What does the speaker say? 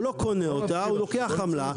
הוא לא קונה אותה הוא לוקח עמלה,